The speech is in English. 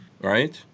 right